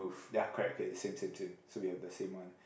ya correct okay same same same so we have the same one